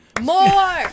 More